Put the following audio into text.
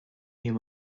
you